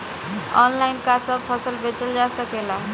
Online का सब फसल बेचल जा सकेला?